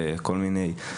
וכל מיני,